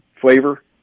flavor